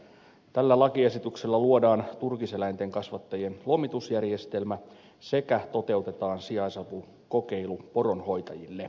tällä lakiesityksellä luodaan turkiseläinten kasvattajien lomitusjärjestelmä sekä toteutetaan sijaisapukokeilu poronhoitajille